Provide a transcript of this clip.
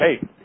hey